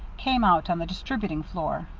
came out on the distributing floor.